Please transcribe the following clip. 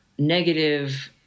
negative